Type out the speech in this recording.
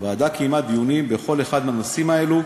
הוועדה קיימה דיונים בכל אחד מנושאים האלה.